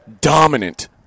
dominant